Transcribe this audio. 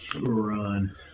Run